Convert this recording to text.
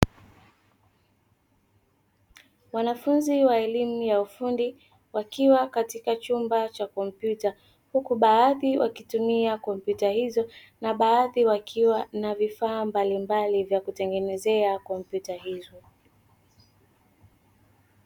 Wanafunzi wa elimu ya ufundi wakiwa katika chumba cha kompyuta, huku baadhi wakitumia kompyuta hizo na baadhi wakiwa na vifaa mbalimbali vya kutengenezea kompyuta hizo.